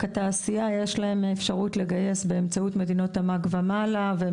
לתעשייה יש אפשרות לגייס באמצעות תמ״ג ומעלה והן